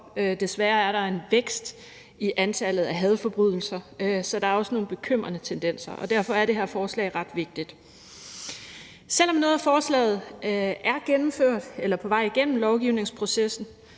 Desværre er der en vækst i antallet af hadforbrydelser, så der er også nogle bekymrende tendenser. Og derfor er det her forslag ret vigtigt. Selv om noget af forslaget er gennemført eller er på vej igennem lovgivningsprocessen,